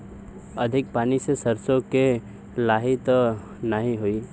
अधिक पानी से सरसो मे लाही त नाही होई?